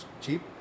cheap